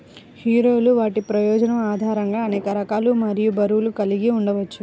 హీరోలు వాటి ప్రయోజనం ఆధారంగా అనేక రకాలు మరియు బరువులు కలిగి ఉండవచ్చు